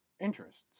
interests